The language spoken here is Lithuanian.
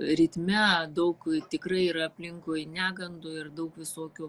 ritme daug tikrai yra aplinkui negandų ir daug visokių